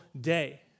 day